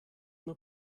nur